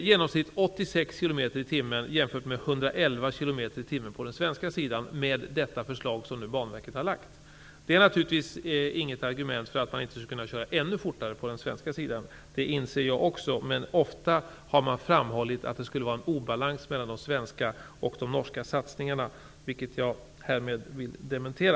Genomsnittshastigheten kommer att vara 86 km h på den svenska, enligt det förslag som Banverket nu har lagt fram. Det är naturligtvis inget argument för att man inte skulle kunna köra ännu fortare på den svenska sidan, vilket jag också inser. Man har ofta framhållit att detta skulle innebära en obalans mellan de svenska och de norska satsningarna, vilket jag härmed vill dementera.